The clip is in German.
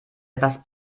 etwas